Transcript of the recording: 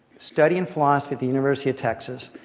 studying philosophy at the university of texas,